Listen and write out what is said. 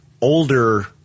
older